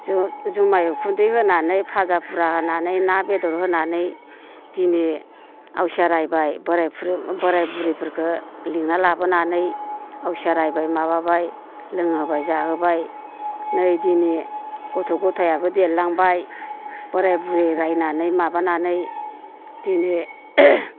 जुमाय उखुन्दै होनानै फाजा फुरा होनानै ना बेदर होनानै दिनै आवसिया रायबाय बोराय बुरैफोरखो लिंना लाबोनानै आवसिया रायबाय माबाबाय लोंहोबाय जाहोबाय नै दिनै गथ' गथायाबो देरलांबाय बोराय बुरै रायनानै माबानानै दिनै